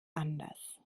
anders